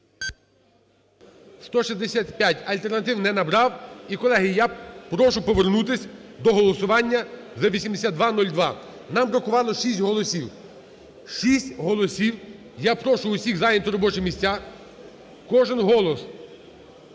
165, альтернативний не набрав. І, колеги, я прошу повернутися до голосування за 8202, нам бракувало 6 голосів. 6 голосів. Я прошу всіх зайняти робочі місця, кожен голос